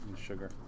Sugar